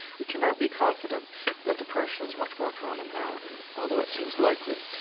we cannot be confident that depression is much more common now although it seems likely.